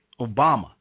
Obama